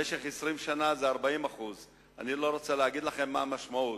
במשך 20 שנה זה 40%. אני לא צריך להגיד לכם מה המשמעות.